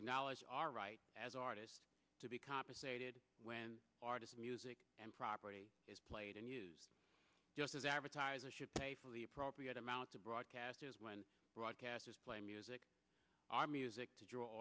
acknowledge our rights as artists to be compensated when artists music and property is played and used just as advertisers should pay for the appropriate amount to broadcasters when broadcasters play music art music to draw